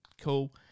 cool